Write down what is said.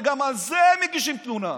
וגם על זה הם מגישים תלונה,